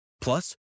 Plus